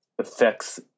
affects